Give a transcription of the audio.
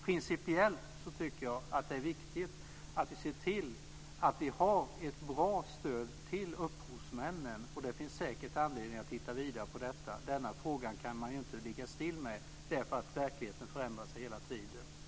Principiellt tycker jag att det är viktigt att vi ser till att vi har ett bra stöd till upphovsmännen. Det finns säkert anledning att titta vidare på detta. Denna fråga kan man ju inte låta vara stilla, därför att verkligheten hela tiden förändras.